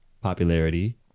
popularity